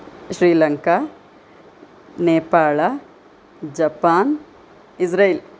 Sri Lanka Nepal Japan Israel